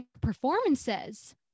performances